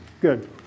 Good